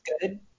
good